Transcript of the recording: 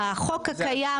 בחוק הקיים